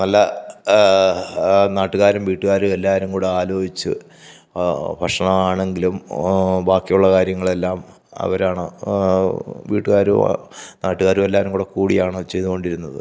നല്ല നാട്ടുകാരും വീട്ടുകാരും എല്ലാവരും കൂടെ ആലോചിച്ച് ഭക്ഷണം ആണെങ്കിലും ബാക്കിയുള്ള കാര്യങ്ങളെല്ലാം അവരാണ് വീട്ടുകാരും നാട്ടുകാരും എല്ലാവരും കൂടിയാണ് ചെയ്തുകൊണ്ടിരുന്നത്